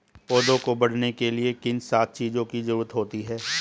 पौधों को बढ़ने के लिए किन सात चीजों की जरूरत होती है?